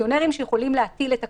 פונקציונרים שיכולים להטיל את הקנס.